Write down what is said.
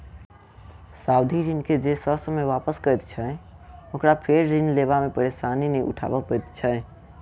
सावधि ऋण के जे ससमय वापस करैत छै, ओकरा फेर ऋण लेबा मे परेशानी नै उठाबय पड़ैत छै